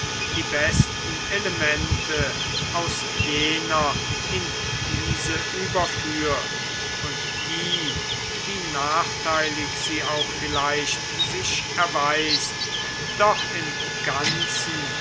die besten elemente aus jener in diese überführt und die wie nachteilig sie auch vielfach sich erweist doch im ganzen